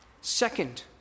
Second